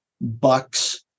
bucks